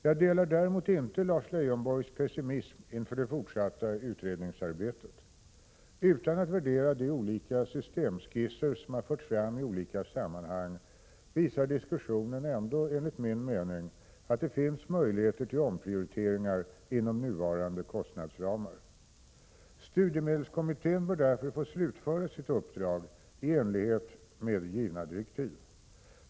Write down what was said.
Jag delar däremot inte Lars Leijonborgs pessimism inför det fortsatta utredningsarbetet. Utan att värdera de olika systemskisser som har förts fram i olika sammanhang visar diskussionen ändå enligt min mening att det finns möjligheter till omprioriteringar inom nuvarande kostnadsramar. Studiemedelskommittén bör därför få slutföra sitt uppdrag i enlighet med givna direktiv.